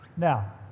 Now